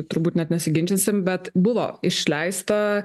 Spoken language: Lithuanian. turbūt net nesiginčysim bet buvo išleista